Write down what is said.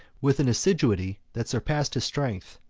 with an assiduity that surpassed his strength,